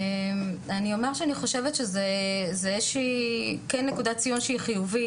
אני אומר שאני חושבת שזה כן איזו שהיא נקודת ציון שהיא חיובית.